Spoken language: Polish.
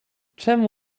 czemu